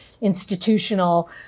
institutional